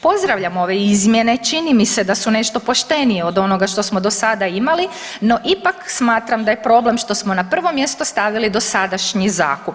Pozdravljam ove izmjene, čini mi se da su nešto poštenije od onoga što smo do sada imali, no ipak smatram da je problem što smo na prvo mjesto stavili dosadašnji zakup.